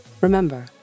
Remember